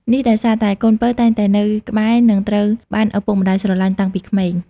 នេះដោយសារតែ កូនពៅតែងតែនៅក្បែរ និងត្រូវបានឪពុកម្តាយស្រលាញ់តាំងពីក្មេង។